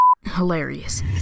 hilarious